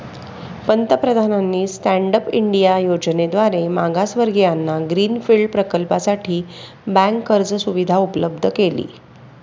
पंतप्रधानांनी stand up India योजनेद्वारे मागासवर्गीयांना ग्रीन फील्ड प्रकल्पासाठी बँक कर्ज सुविधा उपलब्ध केली